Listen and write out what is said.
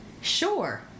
Sure